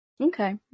Okay